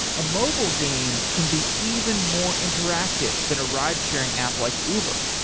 a mobile game can be even more interactive than a ridesharing app like uber.